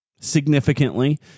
significantly